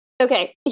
okay